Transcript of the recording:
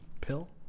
pill